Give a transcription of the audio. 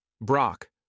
Brock